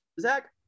zach